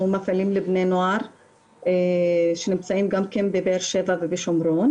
מפעילים לבני נוער שנמצאים בבאר שבע ובשומרון.